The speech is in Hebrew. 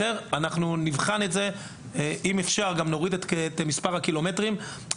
נבחן את זה ונוריד את מספר הקילומטרים אם יתאפשר.